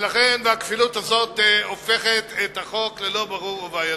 ולכן הכפילות הזו הופכת את החוק ללא ברור ובעייתי.